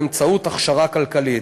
באמצעות הכשרה כלכלית.